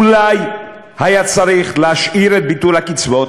אולי היה צריך להשאיר את ביטול הקצבאות,